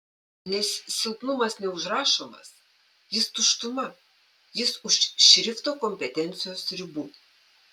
nes silpnumas neužrašomas jis tuštuma jis už šrifto kompetencijos ribų